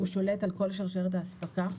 הוא שולט על כל שרשרת האספקה.